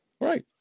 Right